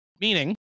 meaning